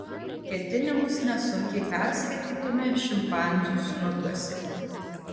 ketinimus nesunkiai perskaitytume šimpanzių snukiuose